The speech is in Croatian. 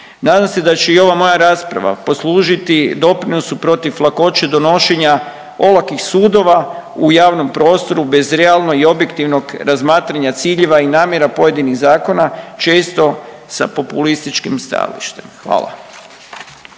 Nadam se da će i ova moja rasprava poslužiti doprinosu protiv lakoće donošenja olakih sudova u javnom prostoru bez realno i objektivnog razmatranja ciljeva i namjera pojedinih zakona, često sa populističkim stajalištem. Hvala.